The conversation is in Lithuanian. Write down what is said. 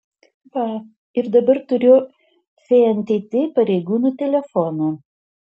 va ir dabar turiu fntt pareigūno telefoną